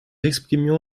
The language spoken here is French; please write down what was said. exprimions